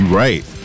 right